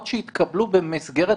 היום נעסוק בשוק ההון, ביטוח וחיסכון.